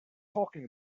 talking